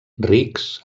rics